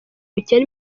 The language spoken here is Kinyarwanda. bukene